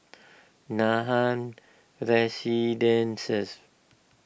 Nathan Residences